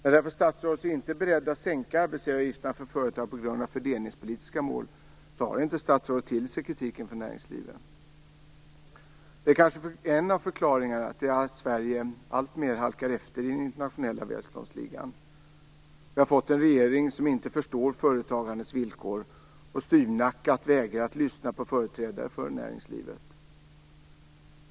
Eftersom statsrådet inte är beredd att sänka arbetsgivaravgifterna för företagen på grund av fördelningspolitiska mål tar han inte till sig kritiken från näringslivet. Det är kanske en av förklaringarna till att Sverige alltmer halkar efter i den internationella välståndsligan. Vi har fått en regering som inte förstår företagandets villkor och styvnackat vägrar att lyssna på företrädare för näringslivet.